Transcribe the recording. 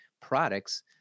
products